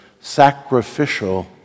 sacrificial